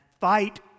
fight